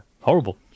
horrible